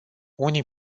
unii